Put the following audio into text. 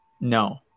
no